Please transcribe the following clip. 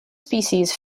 species